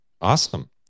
awesome